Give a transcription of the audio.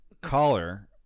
Caller